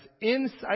inside